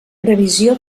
previsió